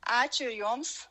ačiū jums